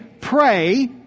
pray